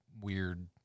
weird